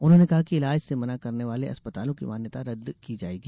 उन्होंने कहा है कि ईलाज से मना करने वाले अस्पतालों की मान्यता रद्द की जायेगी